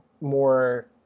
more